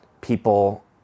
people